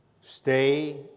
Stay